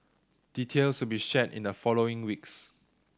details will be shared in the following weeks